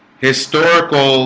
historical